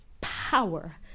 power